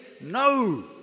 No